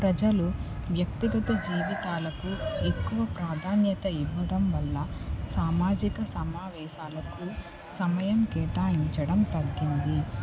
ప్రజలు వ్యక్తిగత జీవితాలకు ఎక్కువ ప్రాధాన్యత ఇవ్వడం వల్ల సామాజిక సమావేశాలకు సమయం కేటాయించడం తగ్గింది